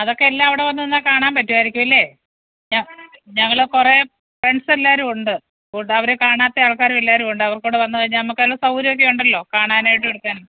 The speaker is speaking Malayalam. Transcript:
അതൊക്കെല്ലാമവിടെവന്നു നിന്നാല് കാണാൻ പറ്റുവായിരിക്കുവല്ലേ ഞ ഞങ്ങള് കുറേ ഫ്രണ്ട്സെല്ലാരുമുണ്ട് കൂട്ട് അവര് കാണാത്തയാൾക്കാരുമെല്ലാവരുമുണ്ടാകും അവർക്കുടെവന്നുകഴിഞ്ഞാല് നമ്മള്ക്കതിനു സൗകര്യമൊക്കെയുണ്ടല്ലോ കാണാനായിട്ടെടുക്കാനും